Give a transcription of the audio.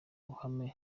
ruhame